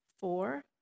Four